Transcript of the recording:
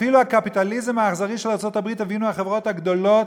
אפילו בקפיטליזם האכזרי של ארצות-הברית הבינו החברות הגדולות